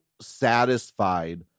satisfied